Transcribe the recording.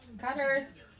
Cutters